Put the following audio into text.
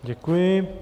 Děkuji.